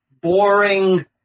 boring